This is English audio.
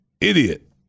idiot